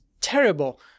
terrible